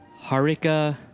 Harika